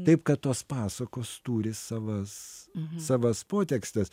taip kad tos pasakos turi savas savas potekstes